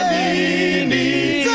a